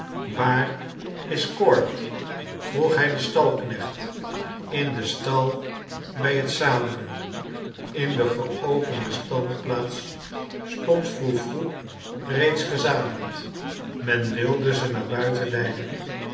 waar is kord vroeg hij den stalknecht in den stal bij het zadelen in de geopende standplaats stond froe froe reeds gezadeld men wilde ze naar buiten leiden